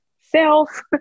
self